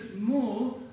more